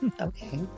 okay